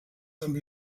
amb